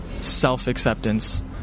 self-acceptance